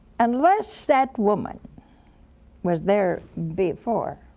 unless that woman was there before